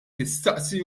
tistaqsi